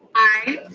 aye.